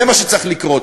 זה מה שצריך לקרות.